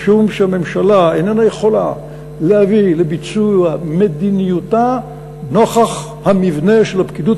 משום שממשלה איננה יכולה להביא לביצוע מדיניותה נוכח המבנה של הפקידות